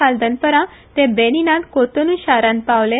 काल दनपारा ते बेनीनात कोतोनू श़ारात पावले